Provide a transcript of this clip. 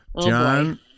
John